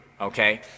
okay